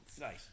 Nice